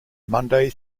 monday